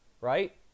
right